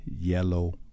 yellow